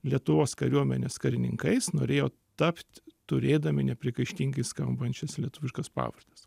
lietuvos kariuomenės karininkais norėjo tapti turėdami nepriekaištingai skambančias lietuviškas pavardes